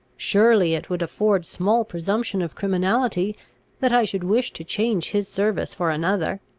surely it would afford small presumption of criminality that i should wish to change his service for another.